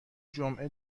جمعه